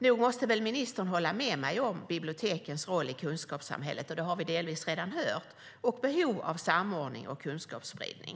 Nog måste väl ministern hålla med om bibliotekens roll i kunskapssamhället - det har vi redan hört att han delvis gör - och behov av samordning och kunskapsspridning?